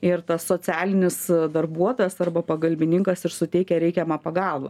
ir tas socialinis darbuotojas arba pagalbininkas ir suteikia reikiamą pagalbą